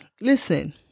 listen